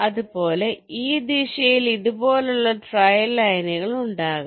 അതുപോലെ ഈ ദിശയിൽ ഇതുപോലുള്ള ട്രയൽ ലൈനുകൾ ഉണ്ടാകും